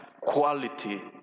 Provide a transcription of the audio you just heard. quality